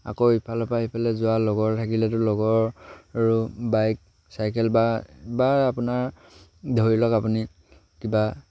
আকৌ ইফালৰ পৰা সিফালে যোৱাৰ লগৰ থাকিলেতো লগৰ বাইক চাইকেল বা আপোনাৰ ধৰি লওক আপুনি কিবা